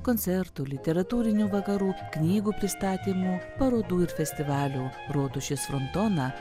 koncertų literatūrinių vakarų knygų pristatymų parodų ir festivalių rotušės frontoną